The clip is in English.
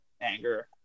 anger